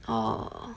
orh